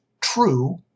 true